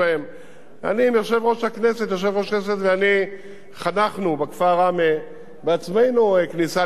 יושב-ראש הכנסת ואני חנכנו בכפר ראמה בעצמנו כניסה ליישוב ורמזור,